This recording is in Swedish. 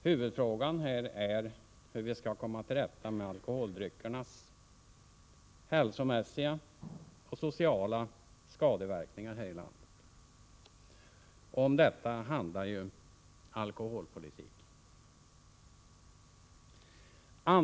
Huvudfrågan är hur vi skall kunna komma till rätta med alkoholdryckernas hälsomässiga och sociala skadeverkningar här i landet. Om detta handlar alkoholpolitiken.